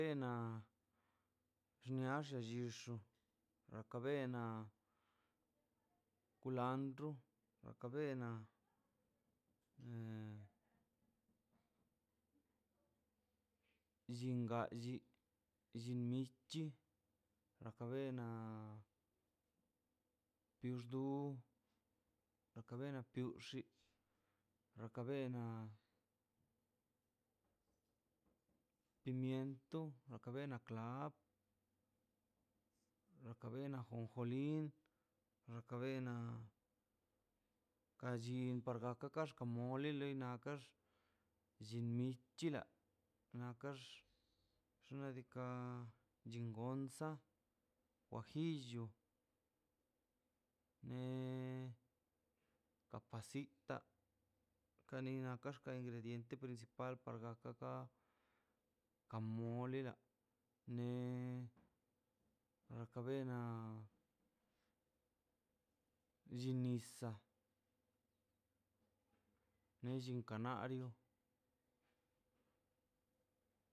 Xnia xaxixo raka bena kulandro raka bena llinga lli llin michi raka bena biudu rakabena tiuxi raka bena pimiento raka bena ajonjoli raka bena ka llin pargakana kax wakamole nakaxllin michela nakax xna' diika' chingonza guajillo ne kapasita kanela na kax ka ingrediente principal ka gakxgaka ka mulela ne raka bena llin nisa' ne llin kanario